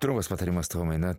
trumpas patarimas tomai na